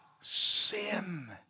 sin